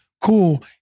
Cool